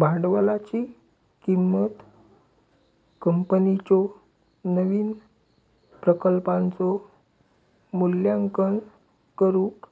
भांडवलाची किंमत कंपनीच्यो नवीन प्रकल्पांचो मूल्यांकन करुक